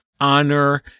honor